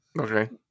Okay